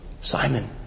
Simon